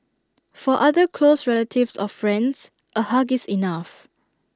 for other close relatives or friends A hug is enough